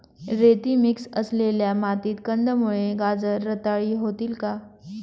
रेती मिक्स असलेल्या मातीत कंदमुळे, गाजर रताळी होतील का?